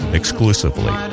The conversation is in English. exclusively